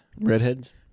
redheads